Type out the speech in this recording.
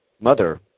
Mother